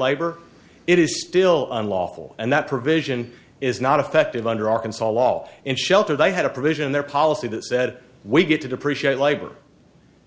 labor it is still unlawful and that provision is not effective under arkansas law and shelter they had a provision in their policy that said we get to depreciate labor